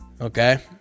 Okay